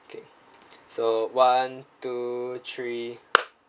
okay so one two three